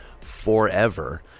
forever